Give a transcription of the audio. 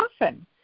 often